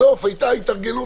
בסוף היתה התארגנות,